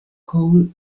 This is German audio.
cole